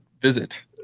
visit